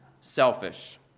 selfish